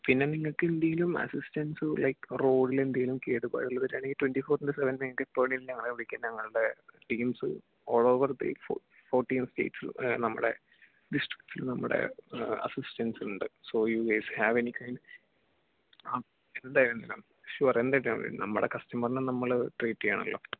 പിന്നേ നിങ്ങക്കെന്തേലും assistance like റോഡിലെന്തേലും കേടുപാടുകൾ വരുവാണെങ്കി ട്വന്റ്റി ഫോർ ഇൻടു സെവൻ ഞങ്ങക്ക് കോഡിനേറ്റ് ചെയ്യുന്ന ആളെ വിളിക്കാൻ ഞങ്ങടെ teams all over the fourteen states നമ്മടെ നമ്മടെ അസ്സിസ്റ്റൻസ് ഉണ്ട് so you guys have anything ആ എന്തായാലും കാണും ഷുവർ എന്തായാലും പിന്നേ നമ്മടെ കസ്റ്റമറിനെ നമ്മള് ട്രീറ്റ് ചെയ്യണല്ലോ